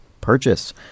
purchase